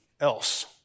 else